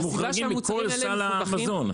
מוחרגים מכל סל המזון.